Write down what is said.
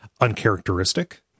uncharacteristic